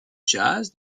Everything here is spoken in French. jazz